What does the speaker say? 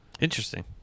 Interesting